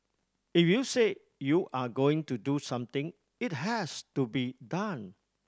if you say you are going to do something it has to be done